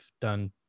done